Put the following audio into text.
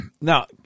Now